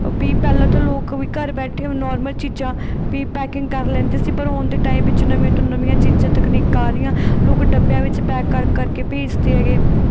ਬਈ ਪਹਿਲਾਂ ਤਾਂ ਲੋਕ ਵੀ ਘਰ ਬੈਠੇ ਉਹ ਨੋਰਮਲ ਚੀਜ਼ਾਂ ਵੀ ਪੈਕਿੰਗ ਕਰ ਲੈਂਦੇ ਸੀ ਪਰ ਹੁਣ ਦੇ ਟਾਈਮ ਵਿੱਚ ਨਵੀਆਂ ਤੋਂ ਨਵੀਆਂ ਚੀਜ਼ਾਂ ਤਕਨੀਕਾਂ ਆ ਰਹੀਆਂ ਲੋਕ ਡੱਬਿਆਂ ਵਿੱਚ ਪੈਕ ਕਰ ਕਰ ਕੇ ਭੇਜਦੇ ਹੈਗੇ